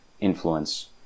influence